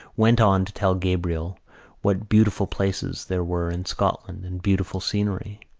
went on to tell gabriel what beautiful places there were in scotland and beautiful scenery.